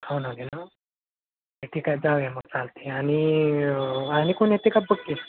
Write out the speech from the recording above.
ठीक आहे जाऊ या मग चालतं आहे आणि आणि कोण येतं आहे का बघ की